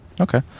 Okay